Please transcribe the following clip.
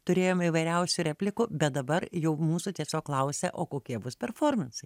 turėjome įvairiausių replikų bet dabar jau mūsų tiesiog klausia o kokie bus performansai